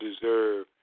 deserve